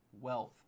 wealth